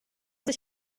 sich